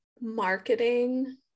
marketing